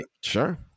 Sure